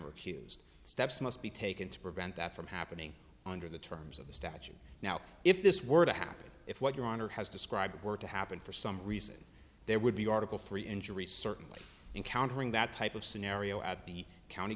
accused steps must be taken to prevent that from happening under the terms of the statute now if this were to happen if what your honor has described were to happen for some reason there would be article three injury certainly encountering that type of scenario at the county